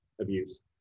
abuse